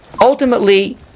ultimately